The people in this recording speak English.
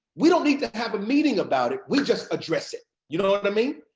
we don't need to have a meeting about it, we just address it, you know what i mean?